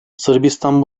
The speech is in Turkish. sırbistan